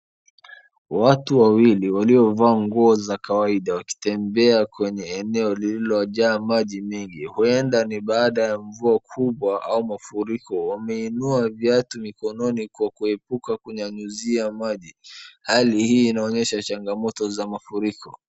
Watu wawili waliovaa nguo za kawaida wakitembea kwenye eneo lililojaa maji mengi. Huenda ni baada ya mvua kubwa au mafuriko. Wameinua viatu mikononi kwa kuepuka kunyanyuzia maji. Hali hii inaonyesha changamoto za mafuriko.